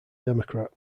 democrat